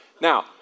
Now